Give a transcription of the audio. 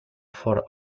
for